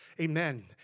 Amen